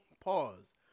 Pause